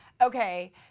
Okay